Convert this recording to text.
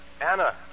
Anna